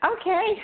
Okay